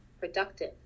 productive